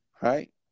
right